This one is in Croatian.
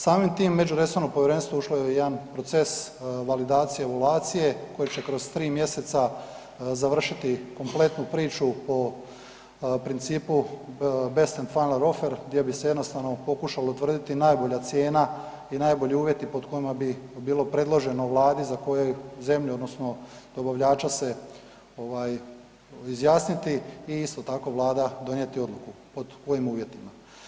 Samim tim, međuresorno povjerenstvo ušlo je u jedan proces validacije i evaluacije koji će kroz 3 mj. završiti kompletnu priču o principu best and final offer gdje bi se jednostavno pokušalo utvrditi najbolja cijena i najbolji uvjeti pod kojima bi bilo predloženo Vladi za koju zemlju odnosno dobavljača se izjasniti i isto tako, Vlada donijeti odluku pod kojim uvjetima.